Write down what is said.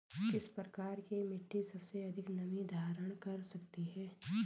किस प्रकार की मिट्टी सबसे अधिक नमी धारण कर सकती है?